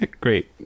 Great